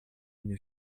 une